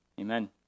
Amen